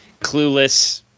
clueless